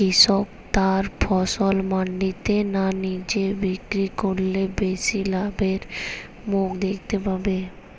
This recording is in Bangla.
কৃষক তার ফসল মান্ডিতে না নিজে বিক্রি করলে বেশি লাভের মুখ দেখতে পাবে?